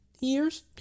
years